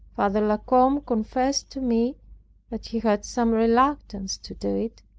father la combe confessed to me that he had some reluctance to do it,